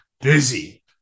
busy